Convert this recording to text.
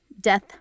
death